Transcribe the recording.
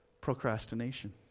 procrastination